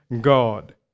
God